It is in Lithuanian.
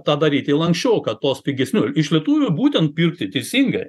tą daryti lanksčiau kad tuos pigesnių iš lietuvių būtent pirkti teisingai